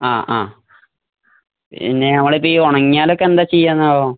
ആ ആ പിന്നെ നമ്മളിപ്പോള് ഈ ഉണങ്ങിയാലൊക്കെ എന്താണ് ചെയ്യുകയാവോ